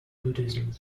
buddhism